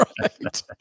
right